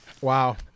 wow